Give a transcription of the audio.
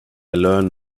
learn